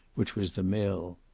which was the mill.